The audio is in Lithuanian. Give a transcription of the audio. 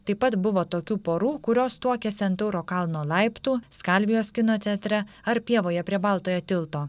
taip pat buvo tokių porų kurios tuokėsi ant tauro kalno laiptų skalvijos kino teatre ar pievoje prie baltojo tilto